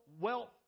wealth